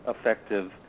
effective